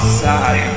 side